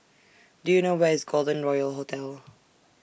Do YOU know Where IS Golden Royal Hotel